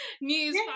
news